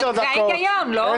זה ההיגיון, לא?